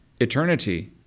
eternity